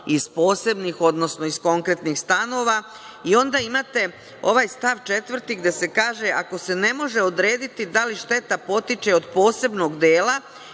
iz posebnih, odnosno iz konkretnih stanova, i onda imate ovaj stav 4. gde se kaže: „Ako se ne može odrediti da li šteta potiče od posebnog dela